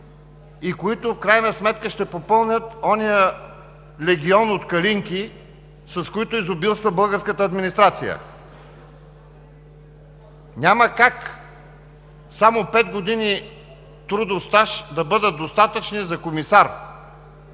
които в крайна сметка ще попълнят онзи легион от калинки, с които изобилства българската администрация. Няма как само пет години трудов стаж да бъдат достатъчни за комисар.